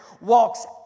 walks